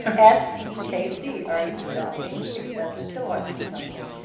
s e k c, are you stopping excessive kilowatt consumption?